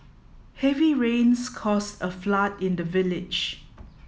heavy rains cause a flood in the village